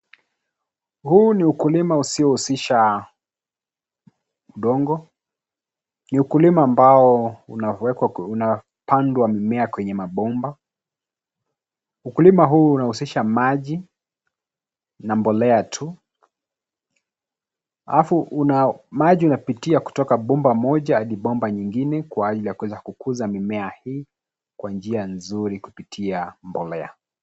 Huu ni ukulima usiohusisha udongo. Ni ukulima ambao unapandwa mimea kwenye mabomba. Ukulima huu unahusisha maji na mbolea tu. Alafu maji unapitia kutoka bomba moja hadi bomba nyingine kwa ajili ya kuweza kukuza mimea hii kwa njia nzuri kupitia mbolea.